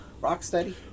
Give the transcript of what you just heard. Rocksteady